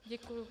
Děkuji.